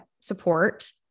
support